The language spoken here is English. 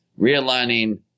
realigning